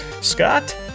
Scott